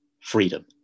freedom